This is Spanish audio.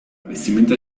vestimenta